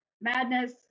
madness